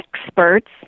experts